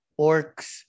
Orcs